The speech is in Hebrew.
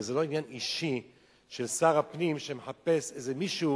וזה לא עניין אישי של שר הפנים שמחפש איזה מישהו